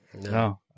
No